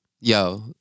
Yo